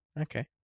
Okay